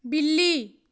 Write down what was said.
ਬਿੱਲੀ